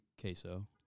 queso